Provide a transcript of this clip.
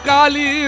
Kali